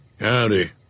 Howdy